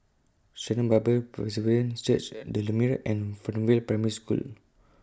Sharon Bible Presbyterian Church The Lumiere and Fernvale Primary School